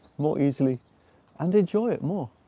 more easily and enjoy it more.